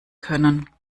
können